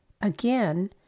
Again